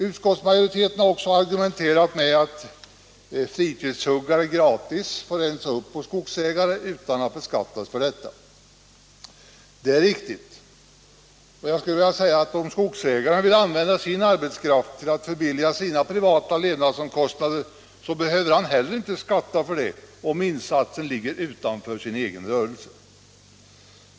Utskottsmajoriteten har också argumenterat med att fritidshuggare gratis får rensa upp hos skogsägare utan att beskattas för detta. Det är riktigt, och om skogsägaren vill använda sin egen arbetskraft till att sänka sina privata levnadsomkostnader så behöver han heller inte skatta för detta om insatsen ligger utanför rörelsen.